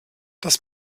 das